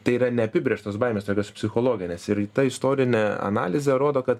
tai yra neapibrėžtos baimės tokios psichologinės ir ta istorinė analizė rodo kad